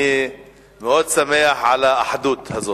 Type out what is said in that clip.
אני מאוד שמח על האחדות הזאת.